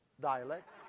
dialect